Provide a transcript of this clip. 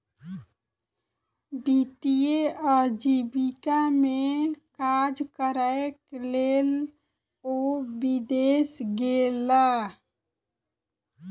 वित्तीय आजीविका में काज करैक लेल ओ विदेश गेला